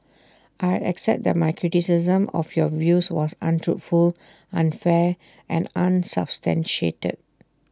I accept that my criticism of your views was untruthful unfair and unsubstantiated